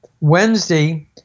wednesday